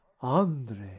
Andre